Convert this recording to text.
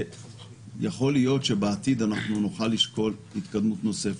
ויכול להיות שבעתיד נוכל לשקול התקדמות נוספת.